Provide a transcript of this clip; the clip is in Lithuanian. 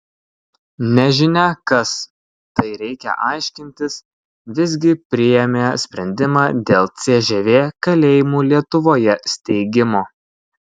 nežinia kas tai reikia aiškintis visgi priėmė sprendimą dėl cžv kalėjimų lietuvoje steigimo